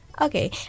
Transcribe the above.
okay